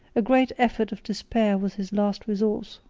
a great effort of despair was his last resource.